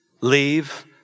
Leave